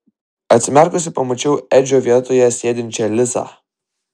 atsimerkusi pamačiau edžio vietoje sėdinčią lisą